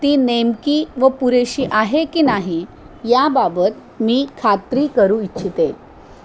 ती नेमकी व पुरेशी आहे की नाही याबाबत मी खात्री करू इच्छिते